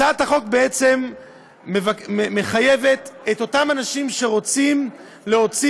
הצעת החוק בעצם מחייבת את אותם אנשים שרוצים להוציא